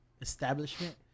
establishment